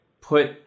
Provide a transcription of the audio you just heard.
put